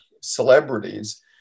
celebrities